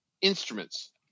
Instruments